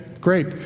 great